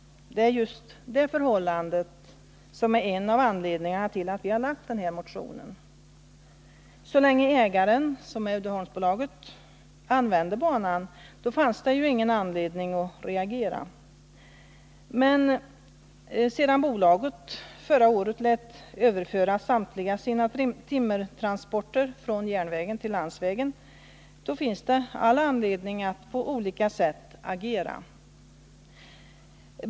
Det är just detta förhållande som är en av anledningarna till att vi väckt den här motionen. Så länge ägaren, Uddeholmsbolaget, använde banan fanns det ju ingen anledning att reagera. Men sedan bolaget förra året lät överföra samtliga sina timmertransporter från järnvägen till landsvägen finns det all anledning att på olika sätt agera.